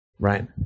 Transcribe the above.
Right